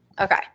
Okay